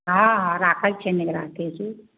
हँ हँ राखै छियै निगरानी की